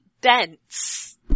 dense